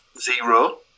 zero